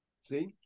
See